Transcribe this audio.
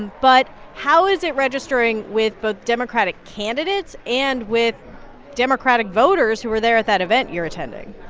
but how is it registering with both democratic candidates and with democratic voters who are there at that event you're attending?